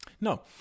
No